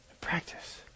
Practice